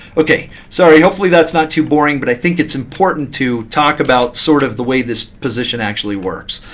ok, sorry hopefully that's not too boring. but i think it's important to talk about sort of the way this position actually works.